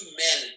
men